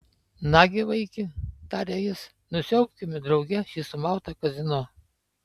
nagi vaiki tarė jis nusiaubkime drauge šį sumautą kazino